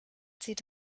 zieht